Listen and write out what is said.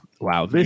Wow